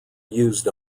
used